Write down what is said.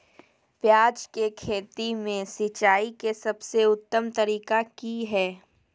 प्याज के खेती में सिंचाई के सबसे उत्तम तरीका की है?